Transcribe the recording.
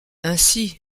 ainsi